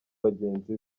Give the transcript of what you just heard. bagenzi